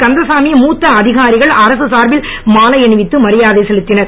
கந்தசாமி மற்றும் மூத்த அதிகாரிகள் அரசு சார்பில் மாலை அணிவித்து மரியாதை செலுத்தினர்